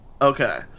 Okay